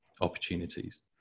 opportunities